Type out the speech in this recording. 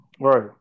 Right